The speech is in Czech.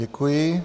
Děkuji.